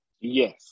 Yes